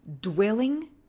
dwelling